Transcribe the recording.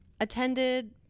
attended